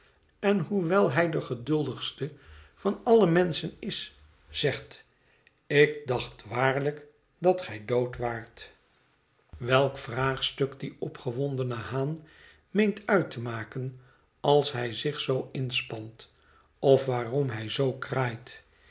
en hoewel hij de geduldigste van alle menschen is zegt ik dacht waarlijk dat gij dood waart welk vraagstuk die opgewondene haan meent uit te maken als hij zich zoo inspant of waarom hij zoo kraait